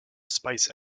spice